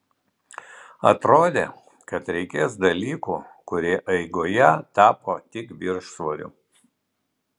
atrodė kad reikės dalykų kurie eigoje tapo tik viršsvoriu